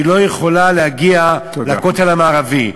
היא לא יכולה להגיע לכותל המערבי,